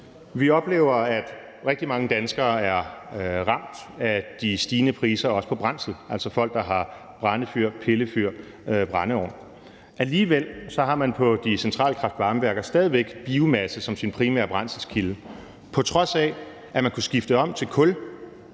Vi oplever, at rigtig mange danskere er ramt af de stigende priser, også på brændsel. Det er altså folk, der har brændefyr, pillefyr, brændeovn. Alligevel har man på de centrale kraft-varme-værker stadig væk biomasse som den primære brændselskilde, på trods af at man kunne skifte til kul;